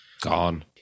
gone